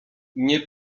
nie